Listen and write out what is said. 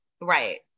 Right